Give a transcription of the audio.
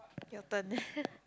your turn